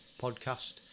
Podcast